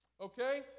Okay